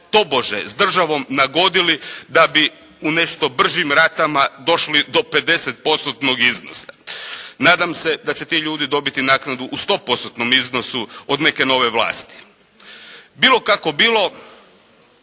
tobože s državom nagodili da bi u nešto bržim ratama došli do pedeset postotnog iznosa. Nadam se da će ti ljudi dobiti naknadu u sto postotnom iznosu od neke nove vlasti. Bilo kako bilo